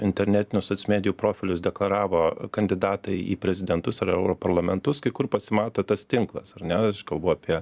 internetinius soc medijų profilius deklaravo kandidatai į prezidentus ar europarlamentus kai kur pasimato tas tinklas ar ne kalbu apie